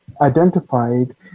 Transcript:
identified